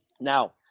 Now